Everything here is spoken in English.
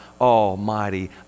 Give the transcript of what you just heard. Almighty